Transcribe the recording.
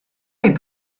est